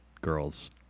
girl's